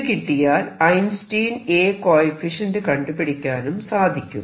ഇത് കിട്ടിയാൽ Einstein A coefficient Einstein's A coefficient കണ്ടുപിടിക്കാനും സാധിക്കും